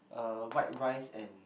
uh white rice and